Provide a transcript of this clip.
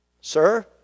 Sir